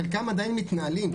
חלקם עדיין מתנהלים,